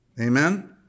Amen